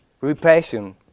repression